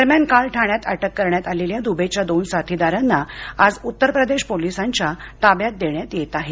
दरम्यान काल ठाण्यात अटक करण्यात आलेल्या द्बेच्या दोन साथीदारांना आज उत्तर प्रदेश पोलीसांच्या ताब्यात देण्यात येत आहे